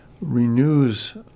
renews